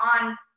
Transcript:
on